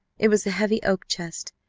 it was a heavy oak chest,